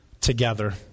together